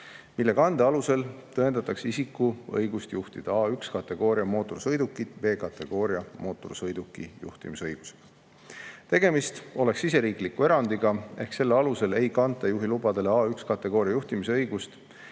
mille kande alusel tõendatakse isiku õigust juhtida A1-kategooria mootorsõidukit B-kategooria mootorsõiduki juhtimise õigusega. Tegemist oleks siseriikliku erandiga ehk selle alusel ei kanta juhiloale A1-kategooria juhtimisõigust